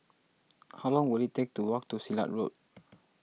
how long will it take to walk to Silat Road